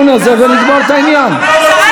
לא, אני רוצה, שמענו מספיק.